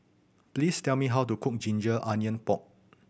please tell me how to cook ginger onion pork